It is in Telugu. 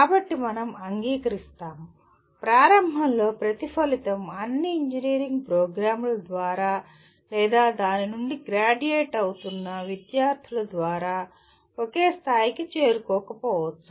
కాబట్టి మనం అంగీకరిస్తాము ప్రారంభంలో ప్రతి ఫలితం అన్ని ఇంజనీరింగ్ ప్రోగ్రామ్ల ద్వారా లేదా దాని నుండి గ్రాడ్యుయేట్ అవుతున్న విద్యార్థులు ద్వారా ఒకే స్థాయికి చేరుకోకపోవచ్చు